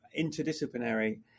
interdisciplinary